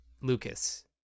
Lucas